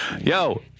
Yo